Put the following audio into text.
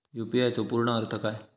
UPI चो पूर्ण अर्थ काय?